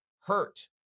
hurt